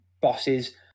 bosses